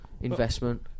investment